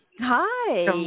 Hi